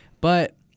But-